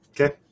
Okay